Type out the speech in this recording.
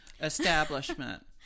establishment